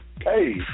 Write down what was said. Hey